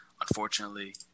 unfortunately